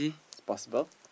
is possible